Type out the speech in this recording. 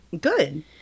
Good